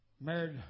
married